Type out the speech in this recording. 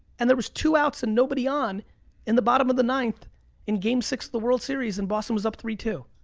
and there was two outs and nobody on in the bottom of the ninth in game six of the world series. and boston was up three-two.